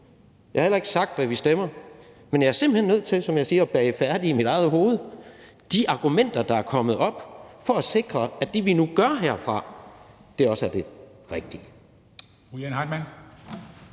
Jeg har heller ikke sagt, hvad vi stemmer. Men jeg er simpelt hen nødt til, som jeg siger, at bage de argumenter, der er kommet op, færdige i mit eget hoved for at sikre, at det, vi nu gør herfra, også er det rigtige.